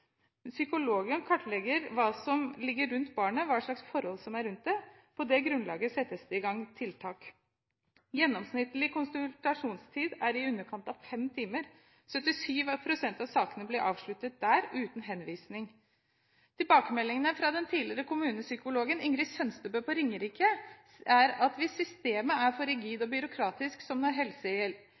kartlegger hva som ligger rundt barnet – hva slags forhold som er rundt det – og på det grunnlaget settes det i gang tiltak. Gjennomsnittlig konsultasjonstid er i underkant av fem timer. 77 pst. av sakene blir avsluttet der, uten henvisning. Tilbakemeldingene fra den tidligere kommunepsykologen Ingrid Sønstebø på Ringerike er at hvis systemet er for rigid og byråkratisk, som